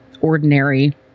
ordinary